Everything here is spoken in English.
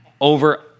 Over